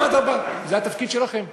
אדרבה, זה התפקיד שלכם.